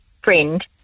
friend